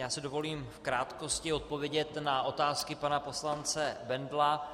Já si dovolím v krátkosti odpovědět na otázky pana poslance Bendla.